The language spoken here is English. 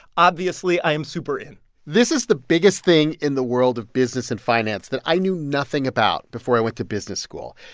obviously, i am super in this is the biggest thing in the world of business and finance that i knew nothing about before i went to business school.